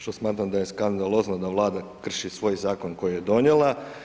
Što smatra da je skandalozno da Vlada krši svoj zakon koji je donijela.